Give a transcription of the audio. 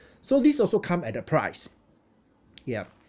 so this also come at a price ya